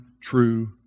true